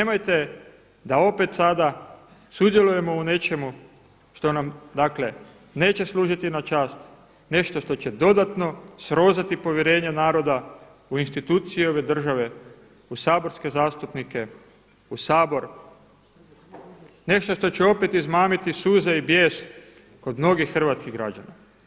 Nemojte da opet sada sudjelujemo u nečemu što nam dakle neće služiti na čast, nešto što će dodatno srozati povjerenje naroda u institucije ove države, u saborske zastupnike, u Sabor, nešto što će pet izmamiti suze i bijes, kod mnogih hrvatskih građana.